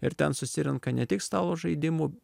ir ten susirenka ne tik stalo žaidimų